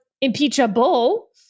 impeachable